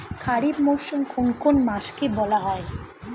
খারিফ মরশুম কোন কোন মাসকে বলা হয়?